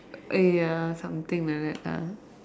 eh ya something like that lah